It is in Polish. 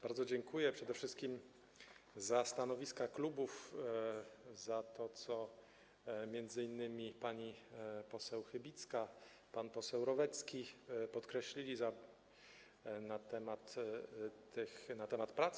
Bardzo dziękuję przede wszystkim za stanowiska klubów, za to, co m.in. pani poseł Chybicka i pan poseł Rolecki powiedzieli na temat tych prac.